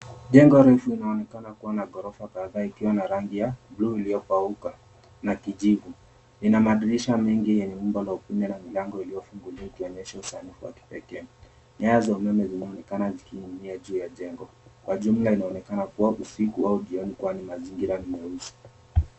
Jengo refu linaonekana kuwa na ghorofa kadhaa ikiwa na rangi ya buluu iliyokauka na kijivu. Lina madirisha mengi yenye umbo la ukumi na milango iliyofunguliwa ikionyesha usanifu wa kipekee. Nyaya za umeme zinaonekana zikinin'ginia juu ya jengo. Kwa jumla inaonekana kuwa usiku au jioni kwani mazingira ni meusi.